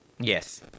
Yes